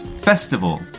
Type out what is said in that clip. Festival